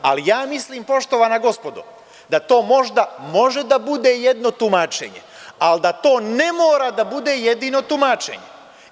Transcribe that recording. Ali, ja mislim, poštovana gospodo, da to možda može da bude i jedno tumačenje, ali da to ne mora da bude jedino tumačenje.